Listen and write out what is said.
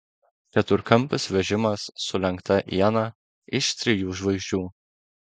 keturkampis vežimas su lenkta iena iš trijų žvaigždžių